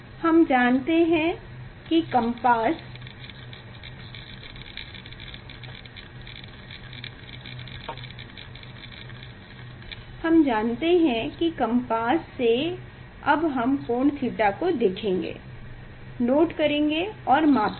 हम जानते हैं कि कम्पास से अब हम कोण थीटा को देखेंगे नोट करेंगे और मापेंगे